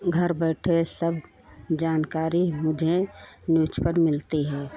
घर बैठे सब जानकारी मुझे न्यूज़ पर मिलती है